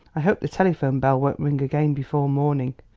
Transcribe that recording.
i hope the telephone bell won't ring again before morning.